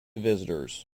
visitors